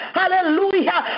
hallelujah